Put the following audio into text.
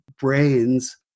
brains